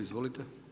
Izvolite!